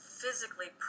physically